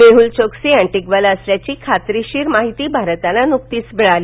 मेहूल चोक्सी एटिग्वाला असल्याची खातरीशीर माहिती भारताला नुकतीच मिळाली